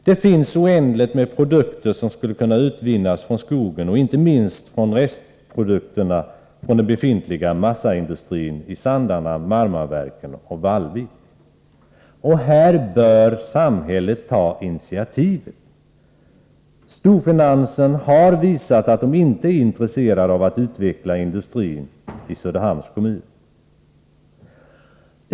Det finns oändligt många produkter som skulle kunna utvinnas från skogen och inte minst ur restprodukterna från den befintliga massaindustrin i Sandarne, Marmaverken och Vallvik. Här bör samhället ta initiativet. Storfinansen har visat att den inte är intresserad av att utveckla industrin i Söderhamns kommun.